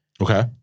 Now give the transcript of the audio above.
okay